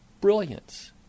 brilliance